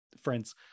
friends